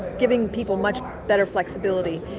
giving people much better flexibility,